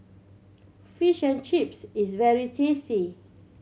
Fish and Chips is very tasty